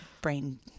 brain